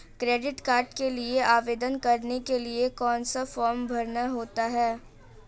Credit card के लिए आवेदन करने के लिए कौन सा फॉर्म भरना होता है?